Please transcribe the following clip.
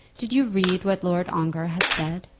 did you read what lord ongar had said?